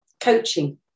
coaching